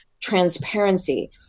transparency